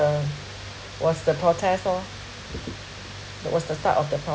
was the protest oh that was the start of the